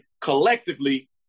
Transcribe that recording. collectively